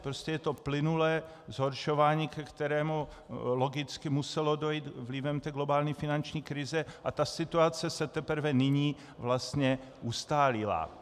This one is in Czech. Prostě je to plynulé zhoršování, ke kterému logicky muselo dojít vlivem globální finanční krize, a situace se teprve nyní vlastně ustálila.